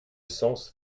sens